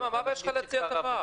מה הבעיה שלך להציע הטבה?